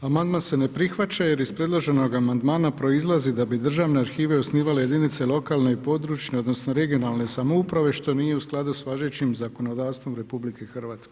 Amandman se ne prihvaća jer iz predloženog amandmana proizlazi da bi državne arhive osnivale jedinice lokalne i područne, odnosno regionalne samouprave što nije u skladu sa važećim zakonodavstvom RH.